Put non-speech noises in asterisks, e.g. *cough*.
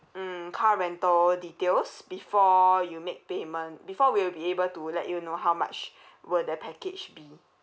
mm car rental details before you make payment before we will be able to let you know how much *breath* will the package be